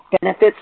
benefits